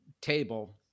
table